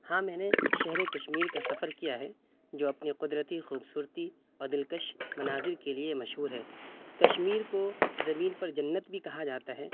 ہاں میں نے شہر کشمیر کا سفر کیا ہے جو اپنی قدرتی خوبصورتی اور دلكش مناظر کے لیے مشہور ہے کشمیر کو زمین پر جنت بھی کہا جاتا ہے